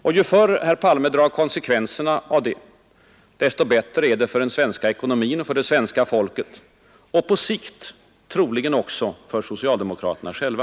Ju förr herr Palme drar konsekvenserna av det, desto bättre är det för den svenska ekonomin och för det svenska folket. Och på sikt troligen också för socialdemokraterna själva.